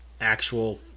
actual